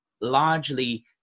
largely